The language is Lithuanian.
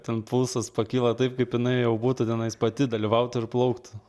ten pulsas pakyla taip kaip jinai jau būtų tenais pati dalyvautų ir plauktų